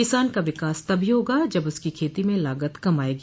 किसान का विकास तभी होगा जब उसकी खेती में लागत कम आयेगी